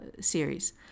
series